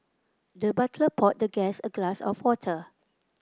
the butler poured the guest a glass of water